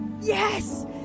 yes